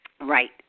right